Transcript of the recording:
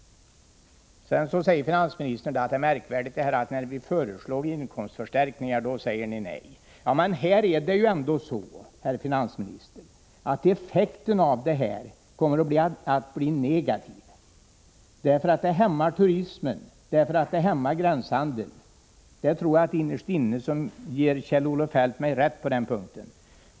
Finansministern säger: Det är märkvärdigt — när vi föreslår inkomstförstärkningar, då säger ni nej. Men effekten av det nu aktuella förslaget, herr finansminister kommer ju att bli negativ. Det hämmar turismen och det hämmar gränshandeln. Det tror jag Kjell-Olof Feldt innerst inne ger mig rätt i.